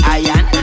iron